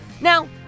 Now